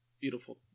beautiful